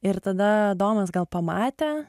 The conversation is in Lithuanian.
ir tada adomas gal pamatė